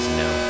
no